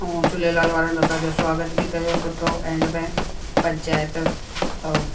ऐं झूलेलाल वारनि असांजो स्वागत बि कयो सुठो एंड में पंचायत ऐं